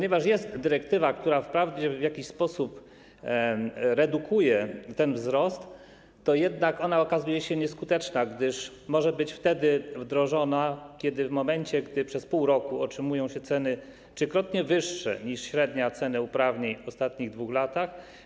Jest dyrektywa, która wprawdzie w jakiś sposób redukuje ten wzrost, jednak ona okazuje się nieskuteczne, gdyż może być wdrożona wtedy, kiedy przez pół roku utrzymują się ceny trzykrotnie wyższe niż średnia cena uprawnień w ostatnich 2 latach.